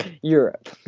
Europe